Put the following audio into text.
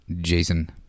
Jason